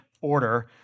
order